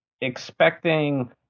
expecting